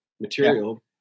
material